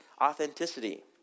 authenticity